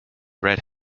red